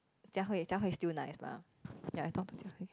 Jia-Hui Jia-Hui still nice lah ya I talk to Jia-Hui